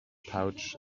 pouch